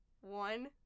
One